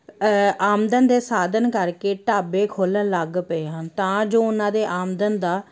ਆਮਦਨ ਦੇ ਸਾਧਨ ਕਰਕੇ ਢਾਬੇ ਖੋਲ੍ਹਣ ਲੱਗ ਪਏ ਹਨ ਤਾਂ ਜੋ ਉਹਨਾਂ ਦੇ ਆਮਦਨ ਦਾ